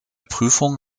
prüfung